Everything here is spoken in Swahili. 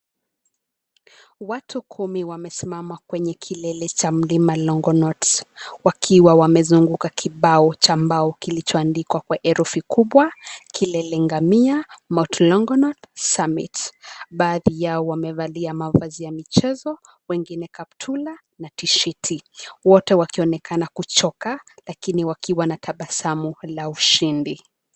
Watu kumi wamesimama kwenye kilele cha mlima Longonot wakiwa wamezunguka kibao cha mbao kilicho andikwa kwa herufi kubwa, "KILELE NGAMIA MT.LONGONOT SUMMIT". Baadhi yao wamevalia mavazi ya michezo, wengine kaptula na tisheti. Wote wakionekana kuchoka lakini wakiwa na tabasamu la ushindi.